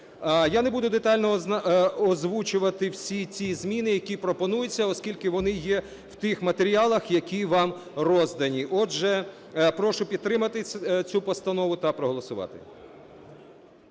Я не буду детально озвучувати всі ці зміни, які пропонуються, оскільки вони є в тих матеріалах, які вам роздані. Отже, прошу підтримати цю постанову та проголосувати.